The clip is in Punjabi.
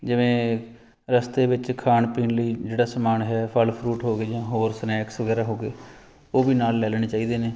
ਜਿਵੇਂ ਰਸਤੇ ਵਿੱਚ ਖਾਣ ਪੀਣ ਲਈ ਜਿਹੜਾ ਸਮਾਨ ਹੈ ਫਲ ਫਰੂਟ ਹੋ ਗਏ ਜਾਂ ਹੋਰ ਸਨੈਕਸ ਵਗੈਰਾ ਹੋ ਗਏ ਉਹ ਵੀ ਨਾਲ ਲੈ ਲੈਣੇ ਚਾਹੀਦੇ ਨੇ